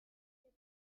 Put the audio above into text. the